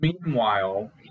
Meanwhile